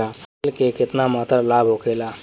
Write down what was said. तेल के केतना मात्रा लाभ होखेला?